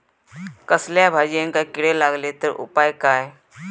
कसल्याय भाजायेंका किडे लागले तर उपाय काय?